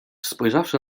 spojrzawszy